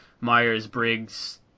Myers-Briggs